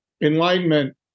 Enlightenment